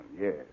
yes